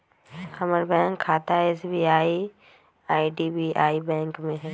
हमर बैंक खता एस.बी.आई आऽ आई.डी.बी.आई बैंक में हइ